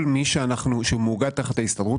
כל מי שהוא מאוגד תחת ההסתדרות,